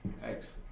thanks